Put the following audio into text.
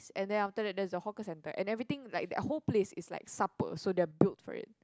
and then after that there's a hawker centre and everything like that whole place is like supper so they are build for it